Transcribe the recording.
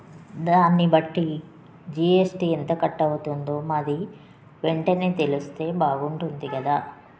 దాన్నిబట్టి జీఎస్టీ ఎంత కట్ అవుతుందో మాది వెంటనే తెలిస్తే బాగుంటుంది కదా